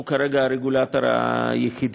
שהוא כרגע הרגולטור היחיד,